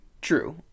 True